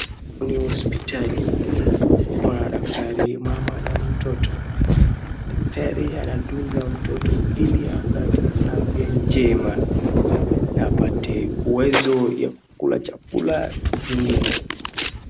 Hii ni hosipitali. Kuna daktari, mama na mtoto. Daktari anamdunga mtoto ili apate afya njema na apate uwezo ya kukula chakula vingine.